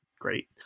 great